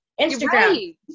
Instagram